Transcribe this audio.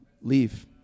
leave